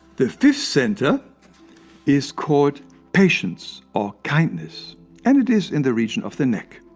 the fifth center is called patience or kindness and it is in the region of the neck.